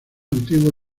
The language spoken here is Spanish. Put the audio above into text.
antiguo